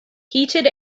heated